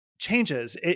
changes